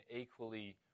equally